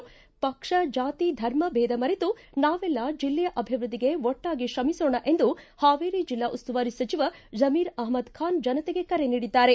ಪಕ್ಷ ಜಾತಿ ಧರ್ಮ ಭೇದ ಮರೆತು ನಾವೆಲ್ಲ ಜಿಲ್ಲೆಯ ಅಭಿವೃದ್ದಿಗೆ ಒಟ್ಟಾಗಿ ಕ್ರಮಿಸೋಣ ಎಂದು ಹಾವೇರಿ ಜಿಲ್ಲಾ ಉಸ್ತುವಾರಿ ಸಚಿವ ಜಮೀರ್ ಅಹ್ಲದ್ ಖಾನ್ ಜನತೆಗೆ ಕರೆ ನೀಡಿದ್ದಾರೆ